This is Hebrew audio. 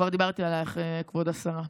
כבר דיברתי עלייך, כבוד השרה,